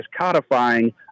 codifying